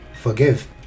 forgive